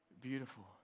beautiful